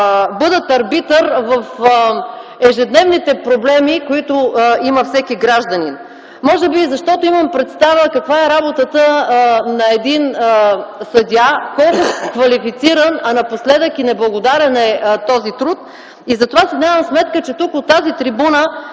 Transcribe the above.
бъдат арбитър в ежедневните проблеми, които има всеки гражданин. Може би защото имам представа каква е работата на един съдия, колко квалифициран, а напоследък неблагодарен е този труд, затова си давам сметка, че тук, от тази трибуна,